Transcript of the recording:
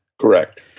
Correct